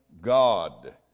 God